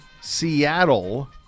seattle